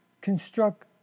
construct